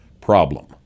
problem